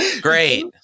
great